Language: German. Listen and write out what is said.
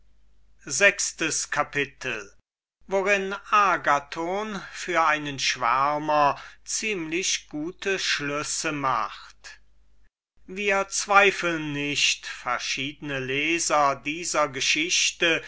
worin agathon für einen schwärmer ziemlich gut räsoniert wir zweifeln nicht daß verschiedene leser dieser geschichte